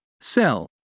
sell